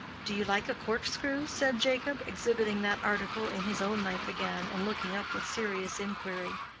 do you like a cork-screw? said jacob, exhibiting that article in his own knife again, and looking up with serious inquiry.